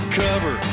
cover